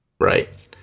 Right